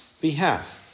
behalf